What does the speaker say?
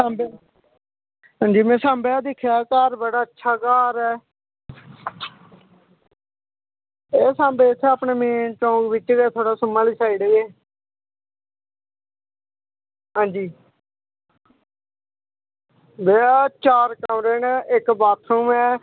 हां में साबैं गै दिक्खेआ बड़ा अच्छा घर ऐ सांबे इत्थें अपनें मेन चौंक च गै थोह्ड़ी सुम्म आह्ली साईड गै हां जी भैया चार कमरे नै इक बॉथरूम ऐ